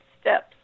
steps